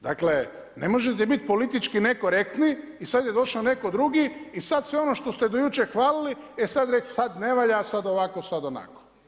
Dakle, ne možete biti politički nekorektni i sad je došao netko drugi i sad sve ono što ste do jučer hvalili e sad ne valja, sad ovako, sad onako.